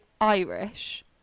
Irish